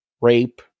rape